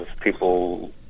people